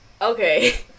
Okay